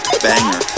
Banger